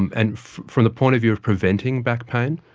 um and from the point of view of preventing back pain,